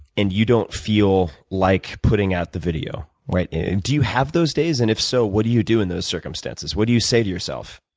and you don't feel like putting out the video do you have those days? and, if so, what do you do in those circumstances? what do you say to yourself?